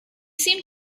seemed